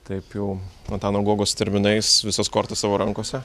taip jau antano guogos terminais visas kortas savo rankose